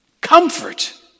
comfort